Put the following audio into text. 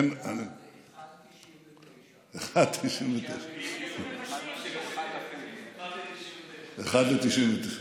זה 1 99. 1 ל-99.